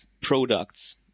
products